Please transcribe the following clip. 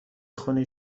خونی